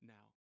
Now